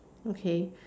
okay